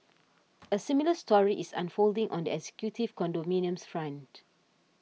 a similar story is unfolding on the executive condominiums front